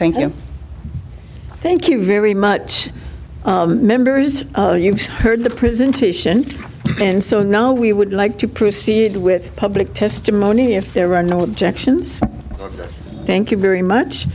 thank you thank you very much members oh you've heard the prison titian and so now we would like to proceed with public testimony if there are no objections thank you very much